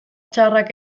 txarrak